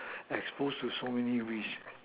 exposed to so many risk